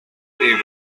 evil